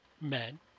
men